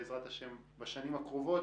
בעזרת השם בשנים הקרובות,